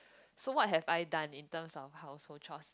so what have I done in terms household chores